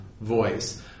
voice